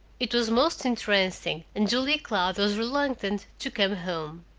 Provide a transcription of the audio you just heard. it was most entrancing, and julia cloud was reluctant to come home.